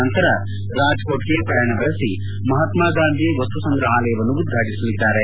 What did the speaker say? ನಂತರ ರಾಜಕೋಟ್ಗೆ ಪ್ರಯಾಣ ಬೆಳೆಸಿ ಮಹಾತ್ಮಾ ಗಾಂಧಿ ವಸ್ತು ಸಂಗ್ರಹಾಲಯವನ್ನು ಉದ್ಘಾಟಸಲಿದ್ದಾರೆ